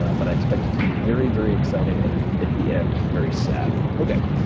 ah but i expect it to be very, very exciting and, at the end, very sad. okay.